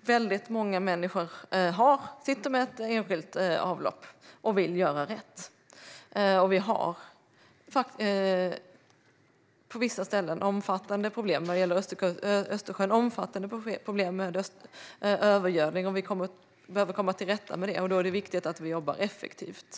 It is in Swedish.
Väldigt många människor sitter med ett enskilt avlopp och vill göra rätt. Vi har på vissa ställen omfattande problem med övergödning. Vi behöver komma till rätta med det, och då är det viktigt att vi jobbar effektivt.